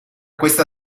questa